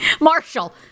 Marshall